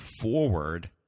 forward